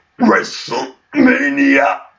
Wrestlemania